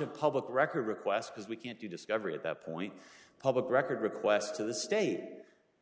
of public record requests because we can't do discovery at that point public records request to the state